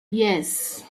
yes